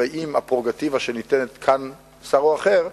ועם הפררוגטיבה שניתנת כאן לשר או אחר,